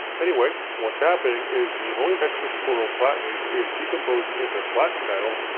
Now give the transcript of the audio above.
anyway, what's happening is the ammonium hexachloroplatinate is decomposing into platinum metal,